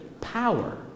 power